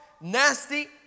nasty